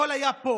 הכול היה פה.